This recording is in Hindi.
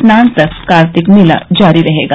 स्नान तक कार्तिक मेला जारी रहेगा